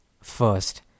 first